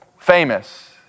famous